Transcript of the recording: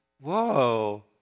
whoa